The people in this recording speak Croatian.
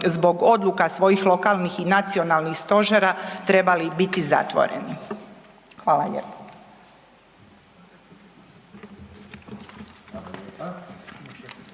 zbog odluka svojih lokalnih i nacionalnih stožera trebali biti zatvoreni. Hvala lijepo.